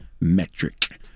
metric